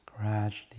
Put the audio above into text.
Gradually